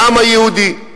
לעם היהודי.